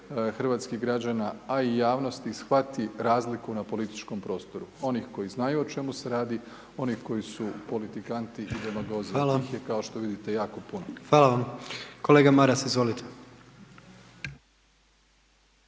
hrvatskih građana, a i javnosti shvati razliku na političkom prostoru, onih koji znaju o čemu se radi, onih koji su politikanti…/Upadica: Hvala/… i demagozi, njih je kao što